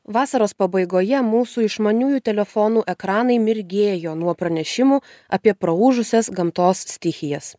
vasaros pabaigoje mūsų išmaniųjų telefonų ekranai mirgėjo nuo pranešimų apie praūžusias gamtos stichijas